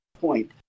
point